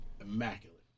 immaculate